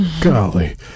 golly